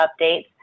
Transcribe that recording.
updates